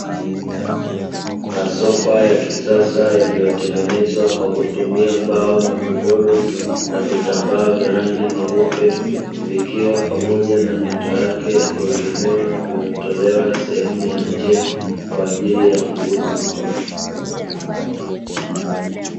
Masofa ya kisasa yaliyotengenezwa kwa kutumia mbao, magodoro, na vitambaa vya rangi nyeupe, vikiwa pamoja na mito yake ya kuegemewa vimetolewa sehemu ya nje kwa ajili ya kuuzwa.